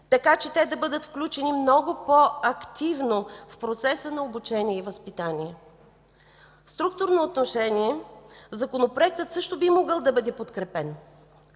така че те да бъдат включени много по-активно в процеса на обучение и възпитание. В структурно отношение Законопроектът също би могъл да бъде подкрепен.